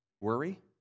worry